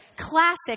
Classic